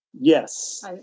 Yes